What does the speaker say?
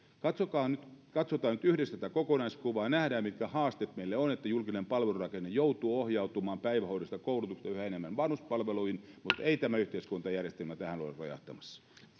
katsotaan nyt yhdessä tätä kokonaiskuvaa ja nähdään mitkä haasteet meillä on kun julkinen palvelurakenne joutuu ohjautumaan päivähoidosta ja koulutuksesta yhä enemmän vanhuspalveluihin mutta ei tämä yhteiskuntajärjestelmä tähän ole rojahtamassa